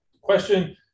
question